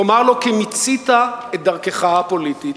תאמר לו כי מיצית את דרכך הפוליטית,